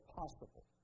possible